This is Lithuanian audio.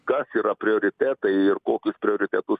kas yra prioritetai ir kokius prioritetus